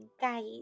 guys